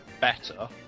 better